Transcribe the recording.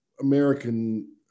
American